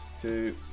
two